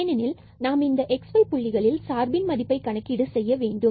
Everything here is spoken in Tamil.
ஏனெனில் நாம் இந்த x y புள்ளிகளில் சார்பில் மதிப்பை கணக்கீடு செய்ய வேண்டும்